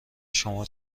شما